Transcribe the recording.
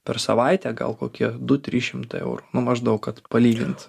per savaitę gal kokie du trys šimtai eurų nu maždaug kad palygint